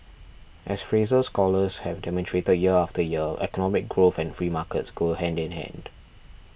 as Fraser scholars have demonstrated year after year economic growth and free markets go hand in hand